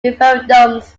referendums